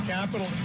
Capital